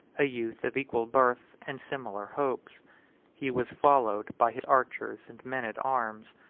a youth of equal birth and similar hopes he was followed by his archers and men at arms,